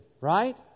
right